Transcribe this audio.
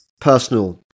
personal